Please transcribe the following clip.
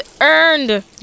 earned